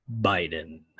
Biden